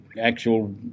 actual